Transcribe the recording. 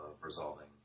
resolving